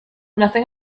nothing